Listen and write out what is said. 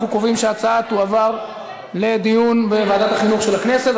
אנחנו קובעים שההצעה תועבר לדיון בוועדת החינוך של הכנסת.